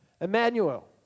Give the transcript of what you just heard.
Emmanuel